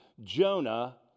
Jonah